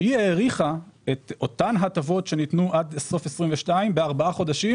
שהאריכה את אותן הטבות שניתנו עד סוף 2022 בארבעה חודשים,